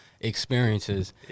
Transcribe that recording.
experiences